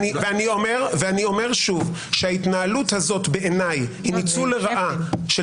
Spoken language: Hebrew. אני אומר שוב שההתנהלות הזאת בעיניי היא ניצול לרעה של